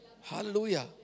Hallelujah